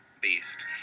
beast